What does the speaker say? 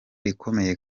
ikomeye